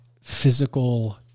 physical